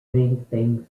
anything